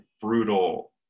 brutal